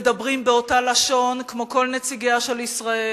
מדברים באותה לשון כמו כל נציגיה של ישראל